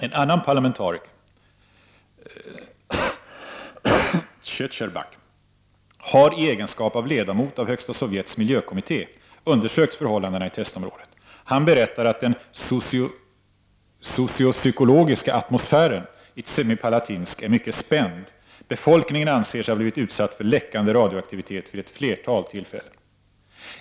En annan parlamentariker, Shcherbak, har i egenskap av ledamot av Högsta Sovjets miljökommitté undersökt förhållandena i testområdet. Han berättar att den ”socio-psykologiska atmosfären” i Semipalatinsk är mycket spänd. Befolkningen anser sig ha blivit utsatt för läckande radioaktivitet vid ett flertal tillfällen.